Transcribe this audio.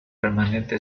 permanente